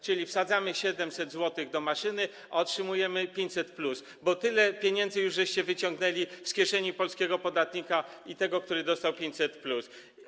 Czyli wsadzamy 700 zł do maszyny, a otrzymujemy 500+, bo tyle pieniędzy już wyciągnęliście z kieszeni polskiego podatnika, tego, który dostał 500+.